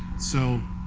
so